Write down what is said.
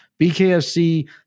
BKFC